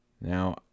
Now